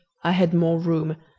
i had more room,